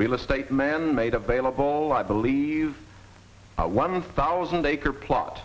real estate man made available i believe one thousand acre plot